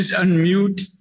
unmute